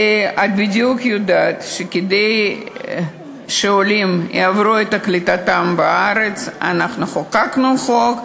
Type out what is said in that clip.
את יודעת בדיוק שכדי שעולים יעברו את קליטתם בארץ חוקקנו חוק,